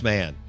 Man